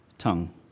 tongue